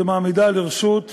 שמעמידה לרשות המדינה,